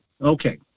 Okay